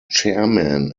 chairman